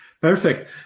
perfect